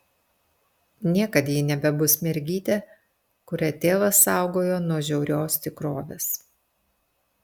niekad ji nebebus mergytė kurią tėvas saugojo nuo žiaurios tikrovės